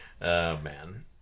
man